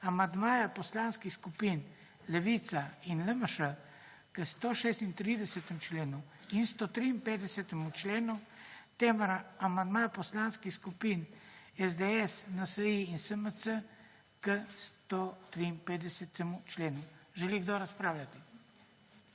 Amandmaja poslanskih skupin Levica in LMŠ k 136. členu in 153. členu ter amandma Poslanskih skupin SDS, NSi in SMC k 153. členu. Želi kdo razpravljati?